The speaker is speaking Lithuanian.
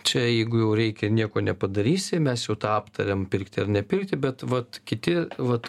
čia jeigu jau reikia nieko nepadarysi mes jau tą aptarėm pirkti ar nepirkti bet vat kiti vat